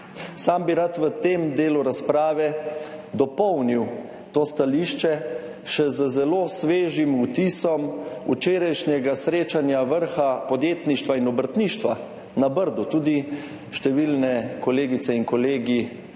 Sam bi rad v tem delu razprave dopolnil to stališče še z zelo svežim vtisom včerajšnjega srečanja vrha podjetništva in obrtništva na Brdu. Tudi številne kolegice in kolegi,